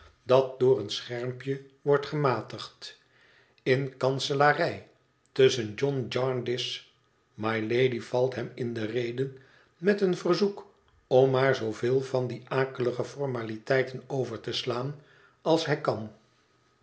dat door eèn schermpje wordt gematigd in kansalarij tusschen john jarndyce mylady valt hem in de reden met een verzoek om maar zooveel van die akelige formaliteiten over te slaan als hij kan